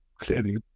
clearly